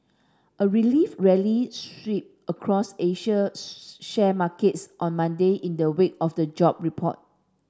a relief rally sweep across Asian share markets on Monday in the wake of the job report